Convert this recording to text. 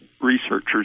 researchers